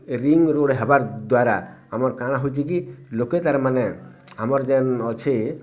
ring road ହେବାର୍ ଦ୍ୱାରା ଆମର କାଣା ହେଉଚି କି ଲୋକେ ତା'ର ମାନେ ଆମର ଯେନ୍ ଅଛି